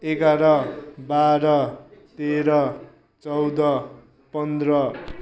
एघार बाह्र तेह्र चौध पन्ध्र